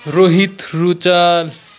Rohit Ruchal